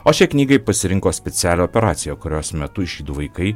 o šiai knygai pasirinko specialią operaciją kurios metu žydų vaikai